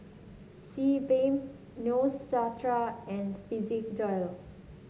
Sebamed Neostrata and Physiogel